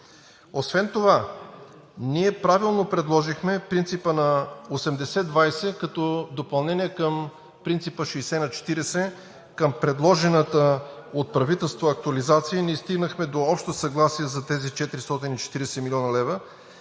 Освен това ние правилно предложихме принципа на 80/20 като допълнение към принципа 60/40 към предложената от правителството актуализация и стигнахме до общо съгласие за тези 440 млн. лв.